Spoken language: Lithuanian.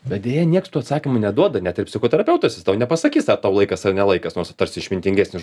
bet deja nieks tų atsakymų neduoda net ir psichoterapeutas jis tau nepasakys ar tau laikas ar ne laikas nors jis tarsi išmintingesnis